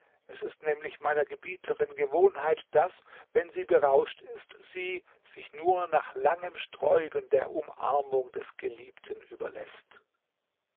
es ist nämlich meiner gebieterin gewohnheit daß wenn sie berauscht ist sie sich nur nach langem sträuben der umarmung des geliebten überläßt